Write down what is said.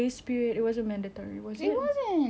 I think also adding on to like how